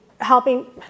helping